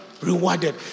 Rewarded